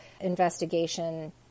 investigation